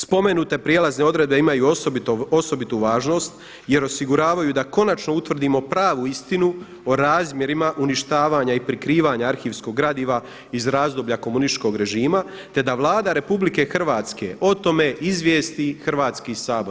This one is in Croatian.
Spomenute prijelazne odredbe imaju osobitu važnost jer osiguravaju da konačno utvrdimo pravu istinu o razmjerima uništavanja i prikrivanja arhivskog gradiva iz razdoblja komunističkog režima, te da Vlada RH o tome izvijesti Hrvatski sabor.